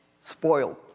Spoiled